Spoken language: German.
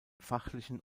fachlichen